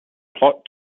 plot